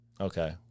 Okay